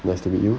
nice to meet you